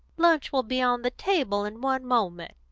lunch will be on the table in one moment,